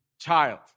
child